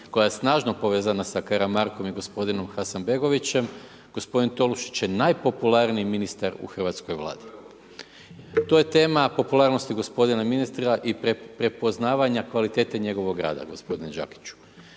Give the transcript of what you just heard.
koja je snažno povezana sa Karamarkom i gospodinom Hasanbegovićem gospodin Tolušić je najpopularniji ministar u hrvatskoj Vladi. To je tema popularnosti gospodina ministra i prepoznavanja kvalitete njegovog rada gospodine Đakiću.